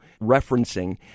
referencing